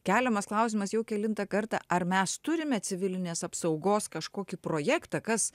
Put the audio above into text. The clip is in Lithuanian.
keliamas klausimas jau kelintą kartą ar mes turime civilinės apsaugos kažkokį projektą kas